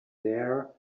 there